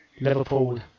Liverpool